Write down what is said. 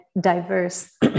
diverse